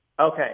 Okay